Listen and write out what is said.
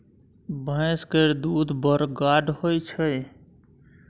भैंस केर दूध बड़ गाढ़ होइ छै